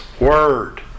Word